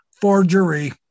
forgery